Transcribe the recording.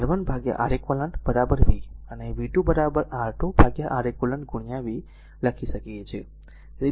તેથી આ સમીકરણ v 1 આપણે R1 R eq v અને v 2 R2 R eq v લખી શકીએ છીએ